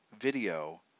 video